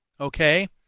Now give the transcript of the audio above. okay